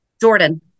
Jordan